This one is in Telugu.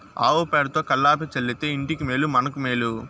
ఆవు పేడతో కళ్లాపి చల్లితే ఇంటికి మేలు మనకు మేలు